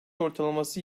ortalaması